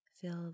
fill